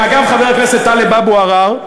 ואגב, חבר הכנסת טלב אבו עראר,